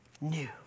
new